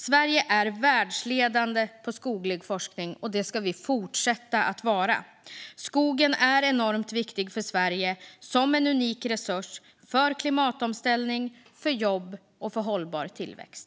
Sverige är världsledande på skoglig forskning, och det ska vi fortsätta att vara. Skogen är enormt viktig för Sverige som en unik resurs för klimatomställning, jobb och hållbar tillväxt.